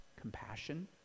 compassion